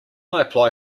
apply